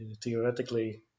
Theoretically